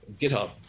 GitHub